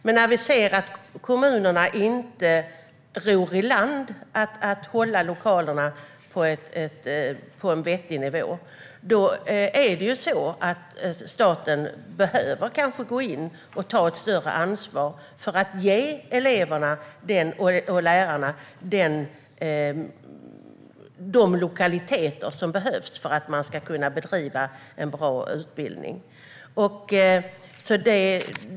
Men när vi ser att kommunerna inte ror i land att hålla lokalerna på en vettig nivå behöver staten kanske gå in och ta ett större ansvar för att ge eleverna och lärarna de lokaliteter som behövs för att man ska kunna bedriva en bra utbildning.